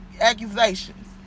accusations